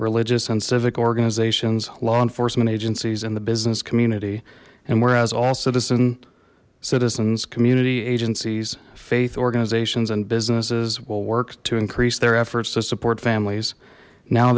religious and civic organizations law enforcement agencies in the business community and whereas all citizen citizens community agencies faith organizations and businesses will work to increase their efforts to support families now